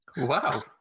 Wow